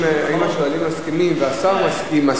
אם השואלים מסכימים והשר מסכים,